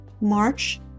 March